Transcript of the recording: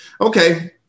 Okay